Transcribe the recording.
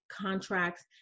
contracts